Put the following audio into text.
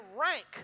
rank